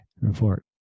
report